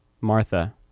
Martha